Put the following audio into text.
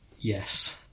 yes